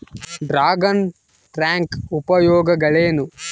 Dragon tank ಉಪಯೋಗಗಳೇನು?